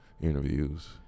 Interviews